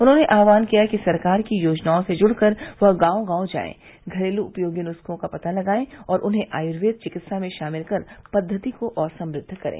उन्होंने आह्वान किया कि सरकार की योजनाओं से जुड़कर वह गांव गांव जायें घरेलू उपयोगी नुस्खों का पता लगाएं और उन्हें आयुर्वेद चिकित्सा में शामिल कर पद्वति को और समृद्धि करें